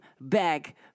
back